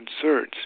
concerns